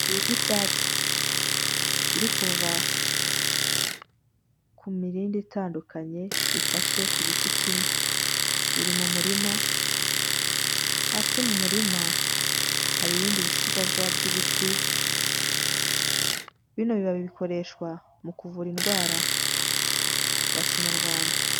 Ibibabi by'icyatsi, biri kuva ku mirindi itandukanye bifashe ku giti kimwe, biri mu murima hasi mu murima hari ibindi bisigazwa by'ibiti, bino bibabi bikoreshwa mu kuvura indwara za kinyarwanda.